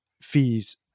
fees